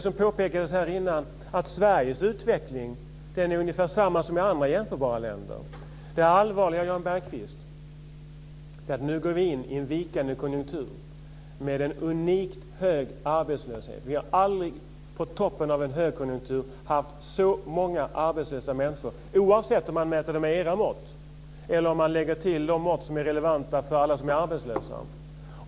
Som påpekades här tidigare är Sveriges utveckling ungefär densamma som i andra jämförbara länder. Det allvarliga, Jan Bergqvist, är att vi nu går in i en vikande konjunktur med en unikt hög arbetslöshet. Vi har aldrig på toppen av en högkonjunktur haft så många arbetslösa människor, oavsett om man mäter med era mått eller om man lägger till de mått som är relevanta för alla som är arbetslösa.